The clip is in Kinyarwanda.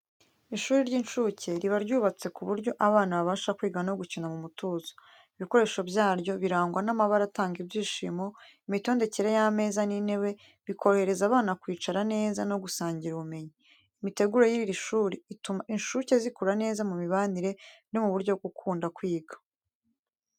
Ishuri ry'incuke riba ryubatse ku buryo abana babasha kwiga no gukina mu mutuzo. Ibikoresho byaryo birangwa n’amabara atanga ibyishimo, imitondekere y’ameza n’intebe bikorohereza abana kwicara neza no gusangira ubumenyi. Imitegurire y’iri shuri, ituma incuke zikura neza mu mibanire no mu buryo bwo gukunda kwiga.